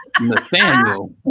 Nathaniel